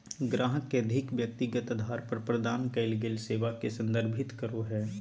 ग्राहक के अधिक व्यक्तिगत अधार पर प्रदान कइल गेल सेवा के संदर्भित करो हइ